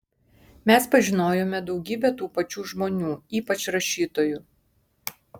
mes pažinojome daugybę tų pačių žmonių ypač rašytojų